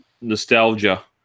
nostalgia